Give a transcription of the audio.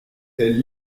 elles